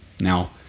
Now